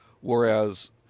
whereas